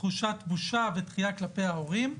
תחושת בושה ודחייה כלפי ההורים.